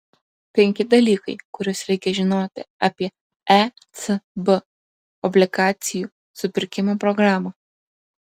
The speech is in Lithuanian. penki dalykai kuriuos reikia žinoti apie ecb obligacijų supirkimo programą